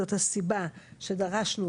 זאת הסיבה שדרשנו,